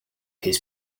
his